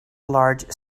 large